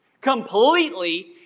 completely